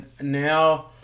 now